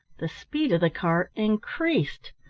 the speed of the car increased.